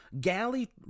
Galley